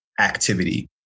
activity